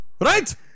right